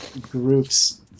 group's